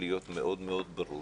להיות מאוד מאוד ברור,